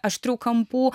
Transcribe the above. aštrių kampų